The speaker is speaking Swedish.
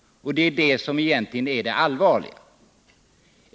Det är det som egentligen är det allvarliga.